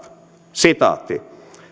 sitaatit